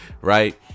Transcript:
right